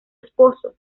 esposo